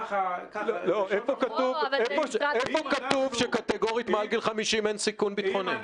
ככה --- איפה כתוב שקטגורית מעל גיל 50 אין סיכון ביטחוני?